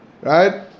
right